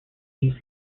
use